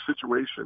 situation